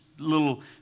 little